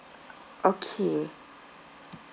okay